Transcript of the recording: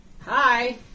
Hi